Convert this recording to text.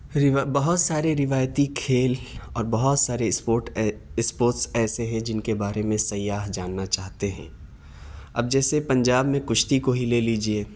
روا بہت سارے روایتی کھیل اور بہت سارے اسپوٹ اسپوٹس ایسے ہیں جن کے بارے میں سیاح جاننا چاہتے ہیں اب جیسے پنجاب میں کشتی کو ہی لے لیجیے